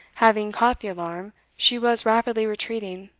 having caught the alarm, she was rapidly retreating.